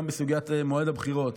גם בסוגיית מועד הבחירות